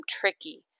tricky